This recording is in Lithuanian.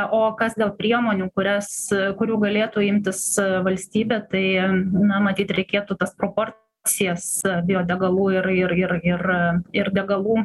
o kas dėl priemonių kurias kurių galėtų imtis valstybė tai na matyt reikėtų tas proporcijas biodegalų ir ir ir ir ir degalų